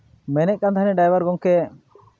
ᱢᱮᱱᱮᱫ ᱠᱟᱱ ᱛᱟᱦᱮᱱᱟᱹᱧ ᱰᱟᱭᱵᱷᱟᱨ ᱜᱚᱢᱠᱮ